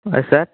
yes sir